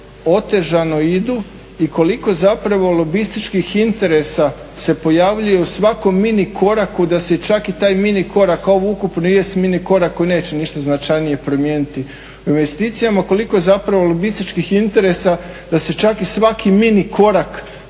otežano idu i koliko zapravo lobističkih interesa se pojavljuje u svakom mini koraku da se čak i taj mini korak, a ovo ukupno jest mini korak koji neće ništa značajnije promijeniti u investicijama, koliko je zapravo lobističkih interesa da se čak i svaki mini korak